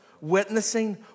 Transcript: witnessing